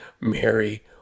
Mary